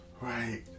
right